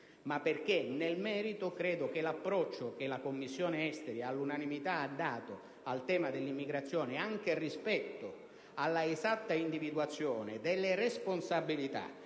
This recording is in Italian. ma perché nel merito credo che l'approccio che la Commissione affari esteri ha dato, all'unanimità, al tema dell'immigrazione, anche rispetto all'esatta individuazione delle responsabilità